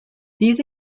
these